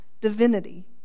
divinity